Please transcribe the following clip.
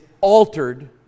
altered